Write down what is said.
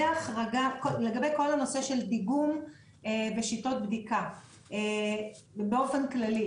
לגבי כל הנושא של דיגום בשיטות בדיקה באופן כללי.